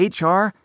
HR